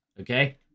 okay